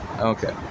Okay